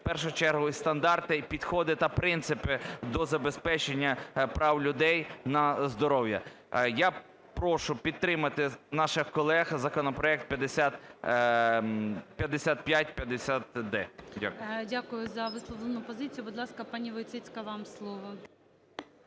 в першу чергу і стандарти, і підходи та принципи до забезпечення прав людей на здоров'я. Я прошу підтримати наших колег законопроект 5550-д. Дякую. ГОЛОВУЮЧИЙ. Дякую за висловлену позицію. Будь ласка, пані Войціцька, вам слово.